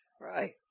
Right